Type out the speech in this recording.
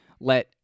let